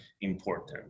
important